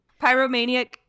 pyromaniac